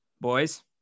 boys